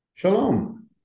Shalom